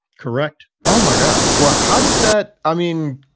correct. oh, my gosh. well, how did that. i mean,